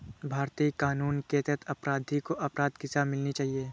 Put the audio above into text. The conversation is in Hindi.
भारतीय कानून के तहत अपराधी को अपराध की सजा मिलनी चाहिए